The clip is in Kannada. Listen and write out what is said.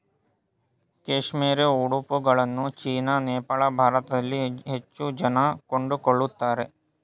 ಕೇಶ್ಮೇರೆ ಉಡುಪುಗಳನ್ನ ಚೀನಾ, ನೇಪಾಳ, ಭಾರತದಲ್ಲಿ ಹೆಚ್ಚು ಜನ ಕೊಂಡುಕೊಳ್ಳುತ್ತಾರೆ